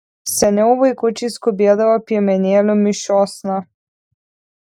seniau vaikučiai skubėdavo piemenėlių mišiosna